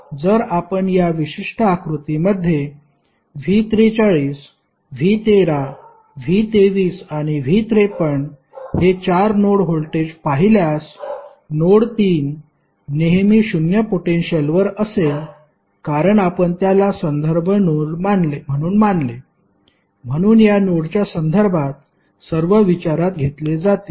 म्हणूनच जर आपण या विशिष्ट आकृतीमध्ये V43 V13 V23 आणि V53 हे चार नोड व्होल्टेजे पाहिल्यास नोड 3 नेहमी शून्य पोटेन्शिअल वर असेल कारण आपण त्याला संदर्भ म्हणून मानले म्हणून या नोडच्या संदर्भात सर्व विचारात घेतले जातील